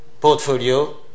portfolio